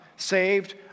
saved